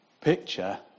picture